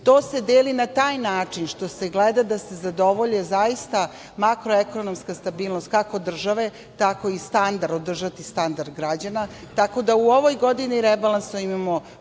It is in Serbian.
To se deli na taj način što se gleda da se zadovolji makroekonomska stabilnost, kako države, tako i standard, održati standard građana, tako da u ovoj godini rebalansa imamo